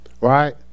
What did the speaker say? Right